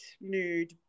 nude